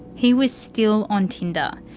he was still on tinder,